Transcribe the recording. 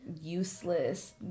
useless